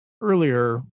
earlier